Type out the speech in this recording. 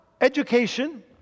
education